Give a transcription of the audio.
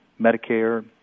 Medicare